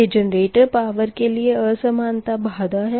यह generator power के लिए असमानता बाधा है